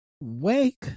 Wake